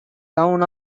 town